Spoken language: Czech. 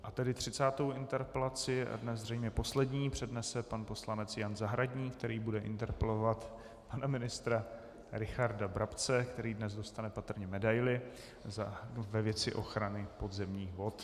A tedy 30. interpelaci, dnes zřejmě poslední, přednese pan poslanec Jan Zahradník, který bude interpelovat pana ministra Richarda Brabce, který dnes dostane patrně medaili, ve věci ochrany podzemních vod.